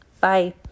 Bye